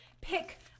pick